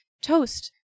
Toast